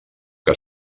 que